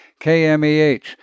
KMEH